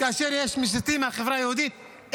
כאשר יש מסיתים מהחברה היהודית,